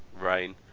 rain